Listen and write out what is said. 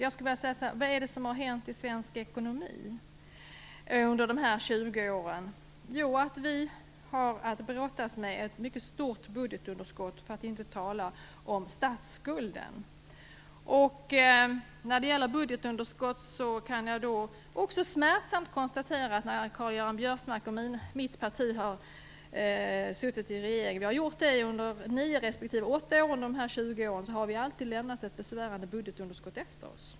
Jag skulle i stället vilja fråga: Vad är det som har hänt i svensk ekonomi under de här 20 åren? Jo, vi har att brottas med ett mycket stort budgetunderskott, för att inte tala om statsskulden. Jag kan också smärtsamt konstatera att när Karl-Göran Biörsmarks och mitt parti har suttit i regeringen - vi har gjort det under nio respektive åtta av de här 20 åren - har vi alltid lämnat ett besvärande budgetunderskott efter oss.